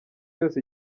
yose